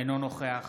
אינו נוכח